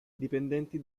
dipendenti